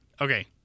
Okay